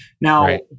Now